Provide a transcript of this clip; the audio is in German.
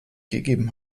gegeben